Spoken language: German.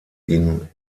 ihn